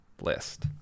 list